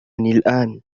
الآن